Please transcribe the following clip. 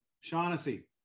Shaughnessy